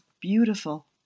beautiful